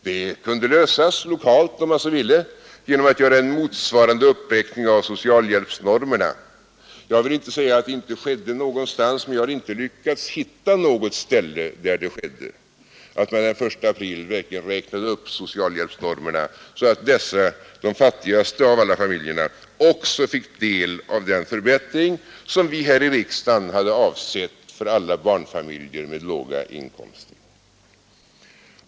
Detta kunde lösas lokalt, om man så ville, genom att göra en motsvarande uppräkning av socialhjälpsnormerna. Jag vill inte säga inte gjorts någonstans, men jag har inte lyckats hitta någon ort där man den 1 april verkligen räknade upp socialhjälpsnormerna så att dessa de fattigaste av alla familjer också fick del av den förbättring som vi här i riksdagen hade avsett för alla barnfamiljer med låga inkomster.